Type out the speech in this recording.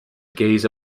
gaze